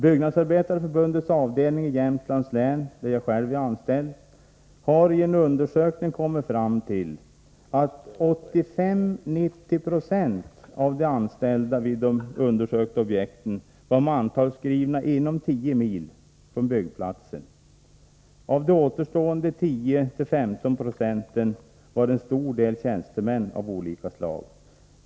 Byggnadsarbetareförbundets avdelning i Jämtlands län, där jag själv är anställd, har i en undersökning kommit fram till att 85-90 96 av de anställda vid de undersökta objekten var mantalsskrivna inom tio mil från byggplatsen. Av återstående 10-15 96 var en stor del tjänstemän av olika slag.